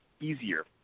easier